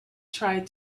tried